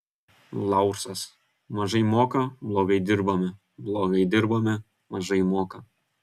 laursas mažai moka blogai dirbame blogai dirbame mažai moka